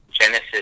Genesis